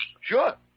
Sure